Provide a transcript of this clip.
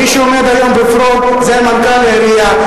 מי שעומד היום בפרונט זה מנכ"ל העירייה.